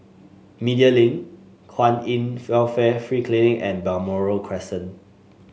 Media Link Kwan In Welfare Free Clinic and Balmoral Crescent